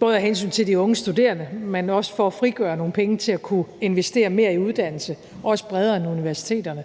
både af hensyn til de unge studerende, men også for at frigøre nogle penge til at kunne investere mere i uddannelse, også bredere end universiteterne.